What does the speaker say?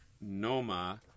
Noma